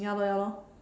ya lor ya lor